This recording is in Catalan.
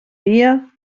dia